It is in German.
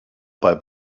bei